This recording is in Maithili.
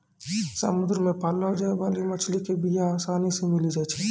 समुद्र मे पाललो जाय बाली मछली के बीया आसानी से मिली जाई छै